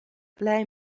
plej